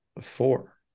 four